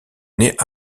naît